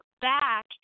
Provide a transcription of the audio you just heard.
back